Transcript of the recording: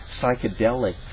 psychedelic